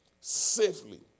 safely